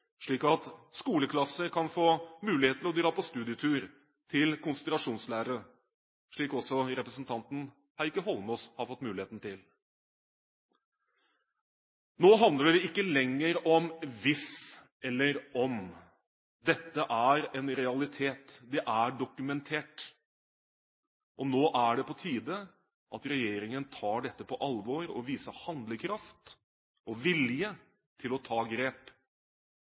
slik at skoleklasser kan få muligheten til å dra på studietur til konsentrasjonsleirer, slik også representanten Heikki Holmås har fått muligheten til. Nå handler det ikke lenger om hvis eller om. Dette er en realitet, det er dokumentert, og nå er det på tide at regjeringen tar dette på alvor og viser handlekraft og vilje til å ta grep.